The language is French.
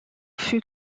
fut